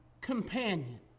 companion